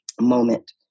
moment